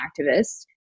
activists